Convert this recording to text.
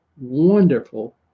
wonderful